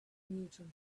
neutron